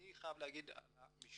אני חייב להגיד על המשטרה,